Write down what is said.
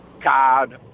card